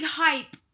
hype